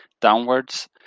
downwards